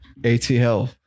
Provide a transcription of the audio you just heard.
atl